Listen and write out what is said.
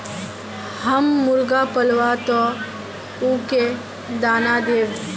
हम मुर्गा पालव तो उ के दाना देव?